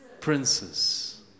princes